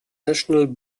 national